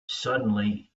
suddenly